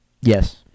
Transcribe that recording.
Yes